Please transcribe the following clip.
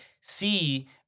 see